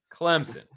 Clemson